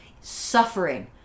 suffering